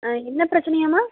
ஆ என்ன பிரச்சனையாமா